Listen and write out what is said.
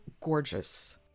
gorgeous